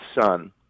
son